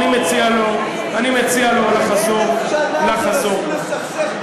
אוהו, אני מציע לו, אני מציע לו לחזור, לחזור בו.